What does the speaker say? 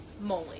moly